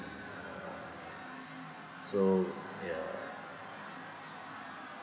so ya